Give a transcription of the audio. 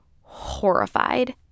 horrified